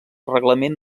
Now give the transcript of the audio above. reglament